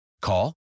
Call